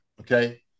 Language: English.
okay